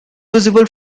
visible